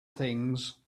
things